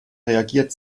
reagiert